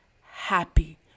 happy